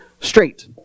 straight